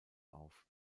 auf